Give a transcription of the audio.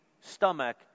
stomach